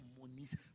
monies